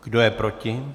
Kdo je proti?